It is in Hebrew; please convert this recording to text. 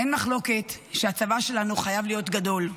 אין מחלוקת שהצבא שלנו חייב להיות גדול,